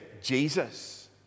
Jesus